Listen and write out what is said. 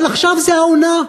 אבל עכשיו זה העונה,